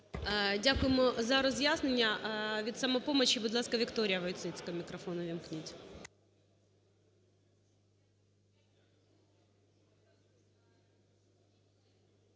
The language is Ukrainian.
Дякуємо за роз'яснення. Від "Самопомочі", будь ласка, ВікторіяВойціцька, мікрофон увімкніть.